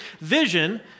vision